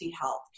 health